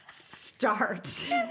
Start